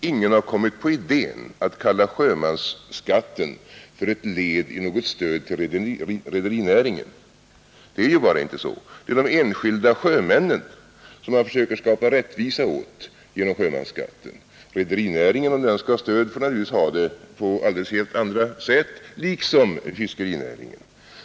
Ingen har kommit på idén att kalla sjömansskatten för ett led i stödet åt rederinäringen. Det är inte så. Det är i stället de enskilda sjömännen som vi har försökt skapa rättvisa åt genom sjömansskatten. Om rederinäringen skall ha stöd, så skall den ha det på annat sätt — liksom fiskerinäringen.